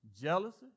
Jealousy